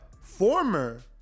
former